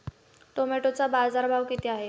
टोमॅटोचा बाजारभाव किती आहे?